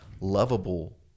lovable